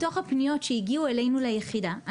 מתוך הפניות שהגיעו אלינו ליחידה,